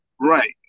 right